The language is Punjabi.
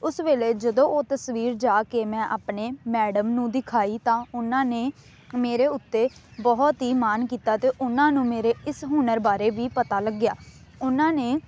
ਉਸ ਵੇਲੇ ਜਦੋਂ ਉਹ ਤਸਵੀਰ ਜਾ ਕੇ ਮੈਂ ਆਪਣੇ ਮੈਡਮ ਨੂੰ ਦਿਖਾਈ ਤਾਂ ਉਹਨਾਂ ਨੇ ਮੇਰੇ ਉੱਤੇ ਬਹੁਤ ਹੀ ਮਾਣ ਕੀਤਾ ਅਤੇ ਉਹਨਾਂ ਨੂੰ ਮੇਰੇ ਇਸ ਹੁਨਰ ਬਾਰੇ ਵੀ ਪਤਾ ਲੱਗਿਆ ਉਹਨਾਂ ਨੇ